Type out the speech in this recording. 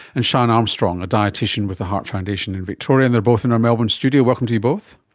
and sian armstrong, a dietician with the heart foundation in victoria, and they are both in our melbourne studio. welcome to you both.